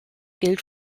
gilt